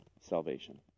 salvation